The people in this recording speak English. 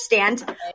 understand